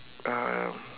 uh